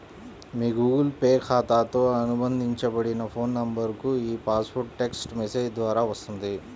మీ Google Pay ఖాతాతో అనుబంధించబడిన phone నంబర్కు ఈ పాస్వర్డ్ టెక్ట్స్ మెసేజ్ ద్వారా వస్తుంది